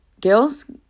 girls